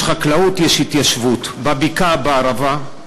יש חקלאות, יש התיישבות, בבקעה, בערבה.